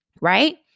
right